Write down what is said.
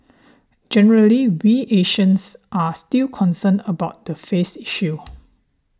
generally we Asians are still concerned about the 'face' issue